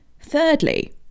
Thirdly